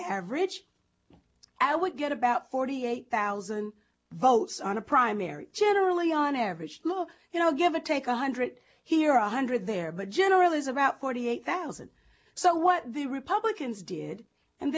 average i would get about forty eight thousand votes on a primary generally on average you know give a take a hundred here a hundred there but generally is about forty eight thousand so what the republicans did and